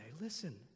listen